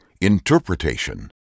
interpretation